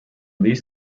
these